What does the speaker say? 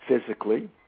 physically